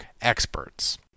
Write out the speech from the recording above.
experts